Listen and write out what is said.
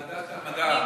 ועדת המדע.